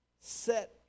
set